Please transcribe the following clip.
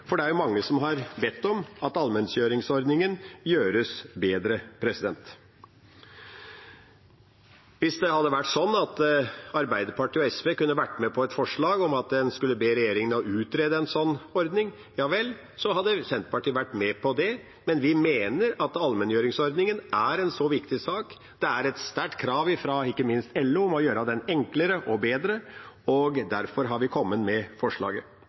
for det er mange som har bedt om at allmenngjøringsordningen gjøres bedre. Hvis Arbeiderpartiet og SV kunne vært med på et forslag om at en skulle be regjeringa utrede en sånn ordning, hadde Senterpartiet vært med på det. Vi mener at allmenngjøringsordningen er en så viktig sak. Det er et sterkt krav, ikke minst fra LO, om å gjøre den enklere og bedre, og derfor har vi kommet med forslaget.